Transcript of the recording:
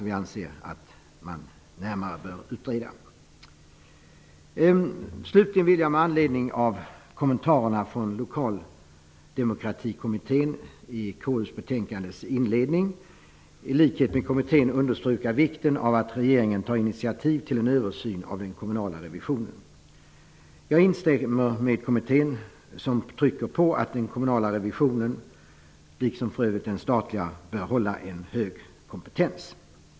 Vi anser att man närmare bör utreda denna fråga. Slutligen vill jag med anledning av kommentarerna från Lokaldemokratikommittén i inledningen av KU:s betänkande i likhet med kommittén understryka vikten av att regeringen tar initiativ till en översyn av den kommunala revisionen. Jag instämmer med kommittén som trycker på att den kommunala revisionen, liksom för övrigt den statliga, bör ha en hög kompetens.